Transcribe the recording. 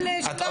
זה.